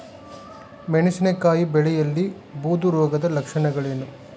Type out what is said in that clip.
ಮೆಣಸಿನಕಾಯಿ ಬೆಳೆಯಲ್ಲಿ ಬೂದು ರೋಗದ ಲಕ್ಷಣಗಳೇನು?